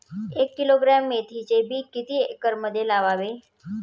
एक किलोग्रॅम मेथीचे बी किती एकरमध्ये लावावे?